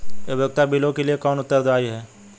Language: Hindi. उपयोगिता बिलों के लिए कौन उत्तरदायी है?